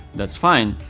that's fine.